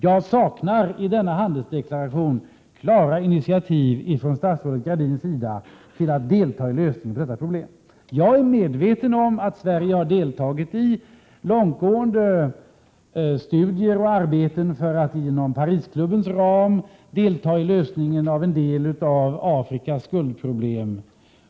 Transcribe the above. I dagens handelsdeklaration från statsrådet Gradin saknar jag klara initiativ till att delta i lösningen av detta problem. Jag är medveten om att Sverige har deltagit i långtgående studier och arbeten för att inom ramen för Parisklubben medverka i lösningen av en del av Afrikas skuldproblem.